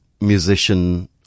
musician